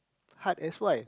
heart that's why